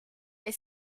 est